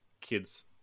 kids